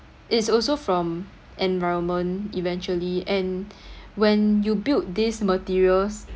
it's also from environment eventually and when you build these materials